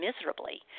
miserably